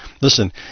Listen